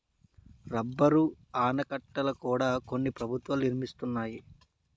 rubber ఆనకట్టల కూడా కొన్ని ప్రభుత్వాలు నిర్మిస్తున్నాయి